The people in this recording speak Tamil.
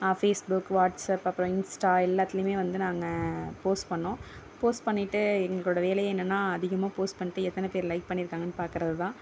ஃபேஸ்புக் வாட்ஸ்அப் அப்புறம் இன்ஸ்டா எல்லாத்துலையுமே வந்து நாங்கள் போஸ்ட் பண்ணோம் போஸ்ட் பண்ணிவிட்டு எங்களோட வேலையே என்னென்னா அதிகமாக போஸ்ட் பண்ணிவிட்டு எத்தனை பேர் லைக் பண்ணிருக்காங்கன்னு பார்க்குறது தான்